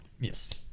Yes